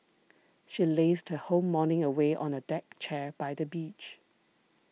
she lazed her whole morning away on a deck chair by the beach